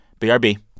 BRB